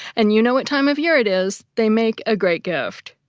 and you know what time of year it is they make a great gift.